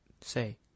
say